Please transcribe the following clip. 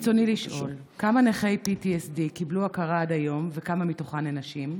ברצוני לשאול: 1. כמה נכי PTSD קיבלו הכרה עד היום וכמה מתוכם הן נשים?